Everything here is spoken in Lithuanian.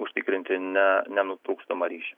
užtikrinti ne nenutrūkstamą ryšį